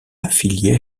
affiliée